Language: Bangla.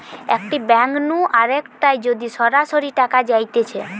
একটি ব্যাঙ্ক নু আরেকটায় যদি সরাসরি টাকা যাইতেছে